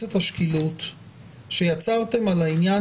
מטריצת השקילות שיצרתם על העניין